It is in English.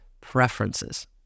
preferences